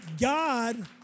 God